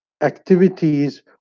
activities